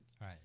right